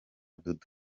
dudu